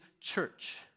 church